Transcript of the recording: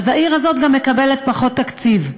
העיר גם מקבלת פחות תקציב.